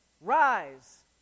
rise